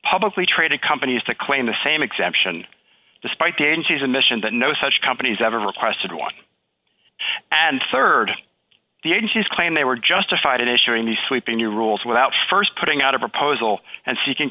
publicly traded companies to claim the same exemption despite the agency's a mission that no such companies ever requested one and rd the agencies claim they were justified issuing the sweeping new rules without st putting out a proposal and seeking